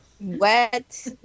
Wet